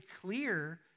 clear